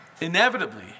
inevitably